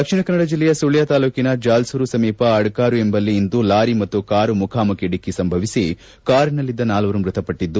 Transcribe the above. ದಕ್ಷಿಣ ಕನ್ನಡ ಜಿಲ್ಲೆಯ ಸುಳ್ಯ ತಾಲೂಕಿನ ಜಾಲ್ಲೂರು ಸಮೀಪ ಅಡ್ಡಾರು ಎಂಬಲ್ಲಿ ಇಂದು ಲಾರಿ ಮತ್ತು ಕಾರು ಮುಖಾಮುಖಿ ಡಿಕ್ಕೆ ಸಂಭವಿಸಿ ಕಾರಿನಲ್ಲಿದ್ದ ನಾಲ್ವರು ಮೃಟಪಟ್ಟದ್ದು